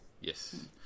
Yes